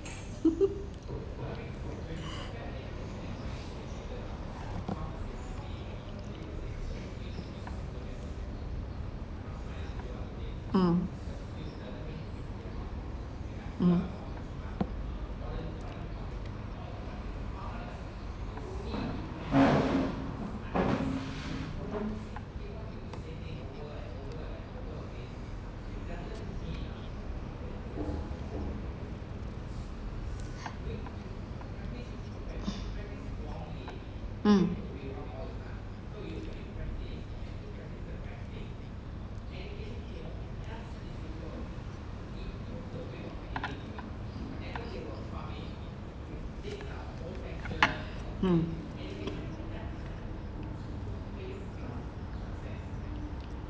mm mm mm mm